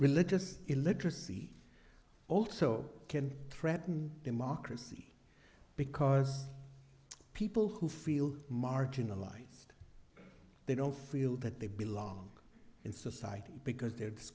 religious illiteracy also can threaten democracy because people who feel marginalized they don't feel that they belong in society because they are